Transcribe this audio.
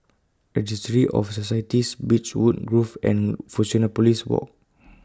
Registry of Societies Beechwood Grove and Fusionopolis Walk